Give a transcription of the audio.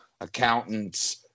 accountants